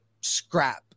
scrap